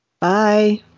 Bye